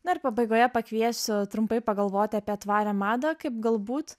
na ir pabaigoje pakviesiu trumpai pagalvoti apie tvarią madą kaip galbūt